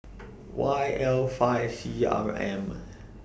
Y L five C R M